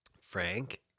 Frank